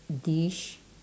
dish